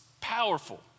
powerful